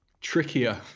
Trickier